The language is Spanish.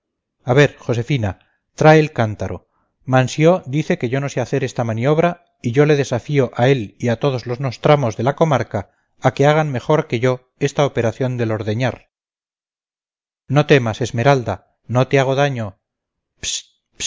a ver josefina trae el cántaro mansió dice que yo no sé hacer esta maniobra y yo le desafío a él y a todos los nostramos de la comarca a que hagan mejor que yo esta operación del ordeñar no temas esmeralda no te hago daño